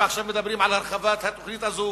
ועכשיו מדברים על הרחבת התוכנית הזו